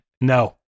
No